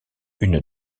une